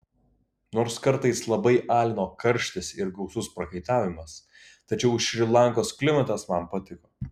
nors kartais labai alino karštis ir gausus prakaitavimas tačiau šri lankos klimatas man patiko